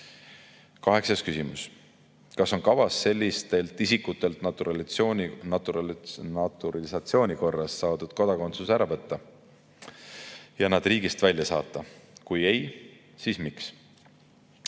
Kaheksas küsimus: "Kas on kavas sellistelt isikutelt naturalisatsiooni korras saadud kodakondsus ära võtta ja nad riigist välja saata? Kui ei, siis miks?"